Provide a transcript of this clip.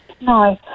No